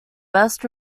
best